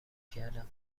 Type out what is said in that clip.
کردم